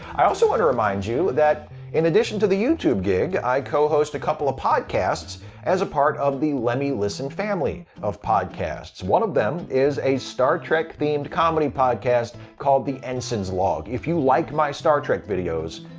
i also want to remind you that in addition to the youtube gig, i co-host a couple of podcasts as a part of the lemme listen family of podcasts. one of them is a star trek-themed comedy podcast called the ensign's log. if you like my star trek videos,